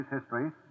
history